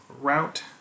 route